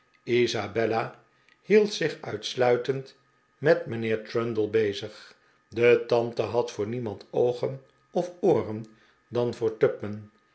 isabella hield zich uitsluitend met mijnheer trundle bezig de tante had voor niemand oogen of ooren dan voor tupman